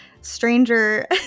stranger